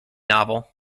novel